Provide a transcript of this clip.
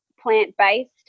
plant-based